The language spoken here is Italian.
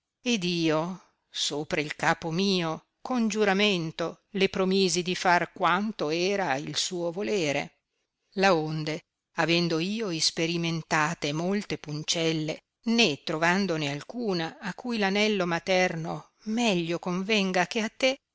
ed io sopra il capo mio con giuramento le promisi di far quanto era il suo volere laonde avendo io isperimentate molte puncelle né trovandone alcuna a cui l'anello materno meglio convenga che a te